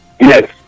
Yes